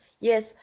Yes